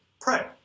pray